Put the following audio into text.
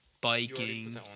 biking